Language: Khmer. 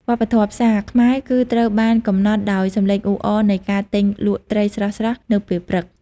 វប្បធម៌ផ្សារ ខ្មែរគឺត្រូវបានកំណត់ដោយសំឡេងអ៊ូអរនៃការទិញលក់ត្រីស្រស់ៗនៅពេលព្រឹក។